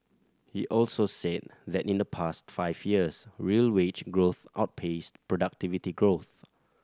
he also said that in the past five years real wage growth outpaced productivity growth